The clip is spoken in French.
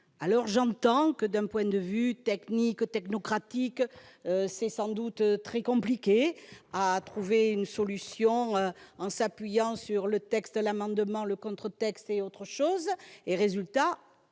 ! J'entends que, d'un point de vue technique, technocratique, il est très compliqué de trouver une solution en s'appuyant sur tel texte, amendement, contre-texte ou autre. Mais le résultat,